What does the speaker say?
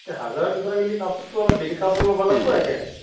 তে হাজাৰত নিব লাগিলে কাপোৰটো অলপ বেলেগ কাপোৰ ল'ব লাগিব আৰু ইতা